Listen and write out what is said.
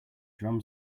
drum